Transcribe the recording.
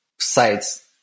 sites